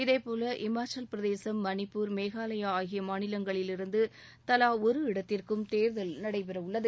இதே போல் இமாசலப்பிரதேசம் மணிப்பூர் மேகாலாய ஆகிய மாநிலங்களில் இருந்து தலா ஒரு இடத்திற்கும் தேர்தல் நடைபெறவுள்ளது